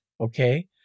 okay